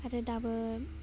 आरो दाबो